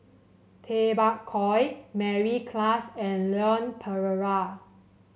Tay Bak Koi Mary Klass and Leon Perera